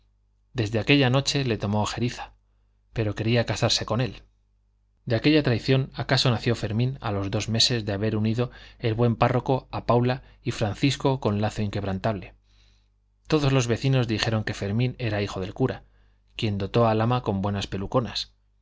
desde aquella noche le tomó ojeriza pero quería casarse con él de aquella traición acaso nació fermín a los dos meses de haber unido el buen párroco a paula y francisco con lazo inquebrantable todos los vecinos dijeron que fermín era hijo del cura quien dotó al ama con buenas peluconas